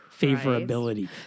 favorability